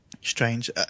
strange